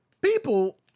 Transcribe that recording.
People